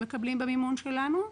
מקבלים במימון שלנו.